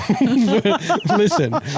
Listen